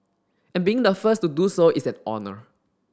and being the first to do so is an honour